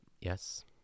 Yes